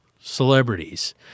celebrities